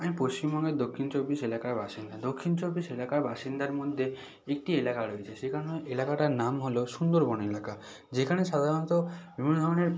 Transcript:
আমি পশ্চিমবঙ্গের দক্ষিণ চব্বিশ এলাকার বাসিন্দা দক্ষিণ চব্বিশ এলাকার বাসিন্দার মধ্যে একটি এলাকা রয়েছে সেখানেও এলকাটার নাম হল সুন্দরবন এলাকা যেখানে সাধারণত বিভিন্ন ধরনের